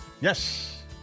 Yes